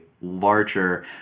larger